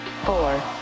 four